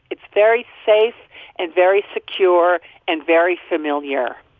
it's very safe and very secure and very familiar.